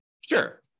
Sure